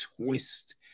twist